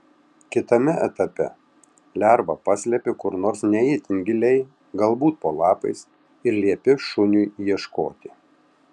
kitame etape lervą paslepi kur nors ne itin giliai galbūt po lapais ir liepi šuniui ieškoti